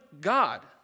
God